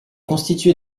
constituée